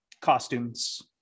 costumes